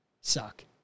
suck